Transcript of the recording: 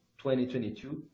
2022